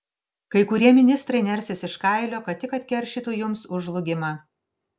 kai kurie ministrai nersis iš kailio kad tik atkeršytų jums už žlugimą